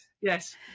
Yes